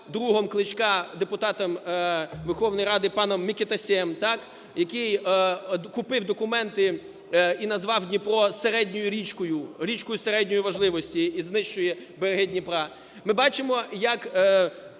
другом Кличка, депутатом Верховної Ради Микитасем, так, який купив документи і назвав Дніпро середньою річкою, річкою середньої важливості і знищує береги Дніпра. Ми бачимо, як